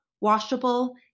washable